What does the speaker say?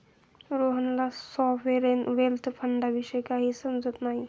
रोहनला sovereign wealth फंडाविषयी काहीच समजत नाही